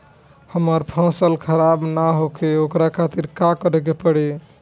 हमर फसल खराब न होखे ओकरा खातिर का करे के परी?